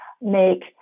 make